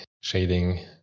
shading